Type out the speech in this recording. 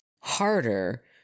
harder